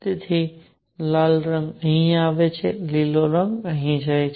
તેથી લાલ રંગ અહીં આવે છે લીલો અહીં જાય છે